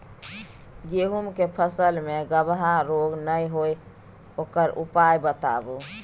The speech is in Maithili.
गेहूँ के फसल मे गबहा रोग नय होय ओकर उपाय बताबू?